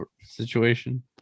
situation